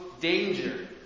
danger